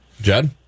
Jed